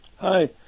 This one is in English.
Hi